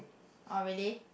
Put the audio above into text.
oh really